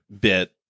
bit